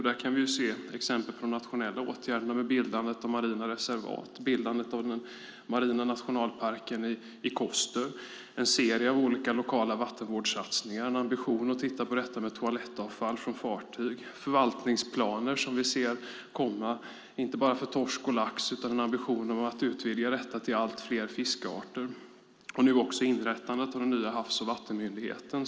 Där kan vi se exempel på de nationella åtgärderna med bildandet av marina reservat, bildandet av den marina nationalparken i Koster, en serie av olika lokala vattenvårdssatsningar, en ambition att titta på detta med toalettavfall från fartyg, förvaltningsplaner som vi ser komma inte bara för torsk och lax utan en ambition att utvidga detta till allt fler fiskarter och nu också inrättandet av den nya havs och vattenmyndigheten.